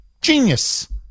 Genius